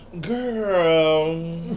girl